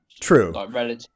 True